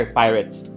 pirates